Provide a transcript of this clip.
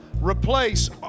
Replace